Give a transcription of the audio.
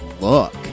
look